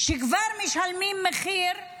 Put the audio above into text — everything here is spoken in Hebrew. שכבר משלמים מחיר על